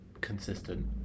consistent